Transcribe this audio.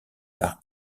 par